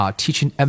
teaching